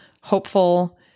hopeful